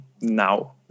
now